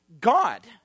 God